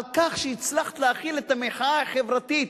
על כך שהצלחת להכיל את המחאה החברתית,